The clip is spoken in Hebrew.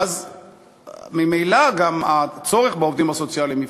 ואז ממילא גם הצורך בעובדים הסוציאליים יפחת.